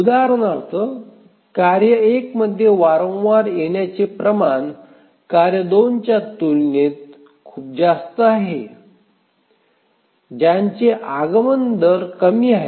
उदाहरणार्थ कार्य 1 मध्ये वारंवार येण्याचे प्रमाण कार्य 2 च्या तुलनेत खूप जास्त आहे ज्यांचे आगमन दर कमी आहे